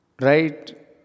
right